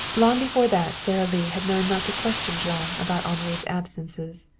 long before that sara lee had learned not to question jean about henri's absences.